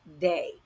day